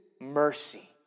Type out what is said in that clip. mercy